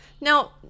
Now